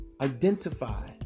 identify